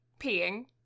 peeing